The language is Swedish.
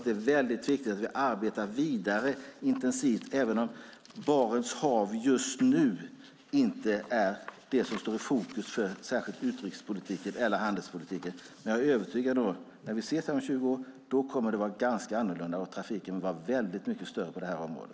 Det är viktigt att vi arbetar vidare intensivt, även om Barents hav just nu inte är det som står i fokus för utrikespolitiken eller handelspolitiken. Men jag är övertygad om att det när vi ses här om 20 år kommer att vara ganska annorlunda och att trafiken då är väldigt mycket större.